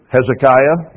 Hezekiah